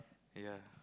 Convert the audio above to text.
ya